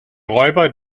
räuber